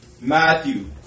Matthew